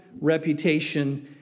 reputation